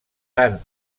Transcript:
tant